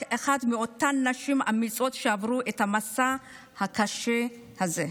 רק אחת מאותן נשים אמיצות שעברו את המסע הקשה הזה.